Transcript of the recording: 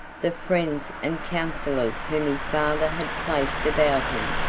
the friends and counsellors whom his father had placed about him,